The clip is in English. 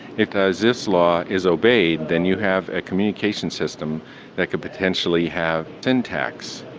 if zipf's law is obeyed then you have a communications system that could potentially have syntax,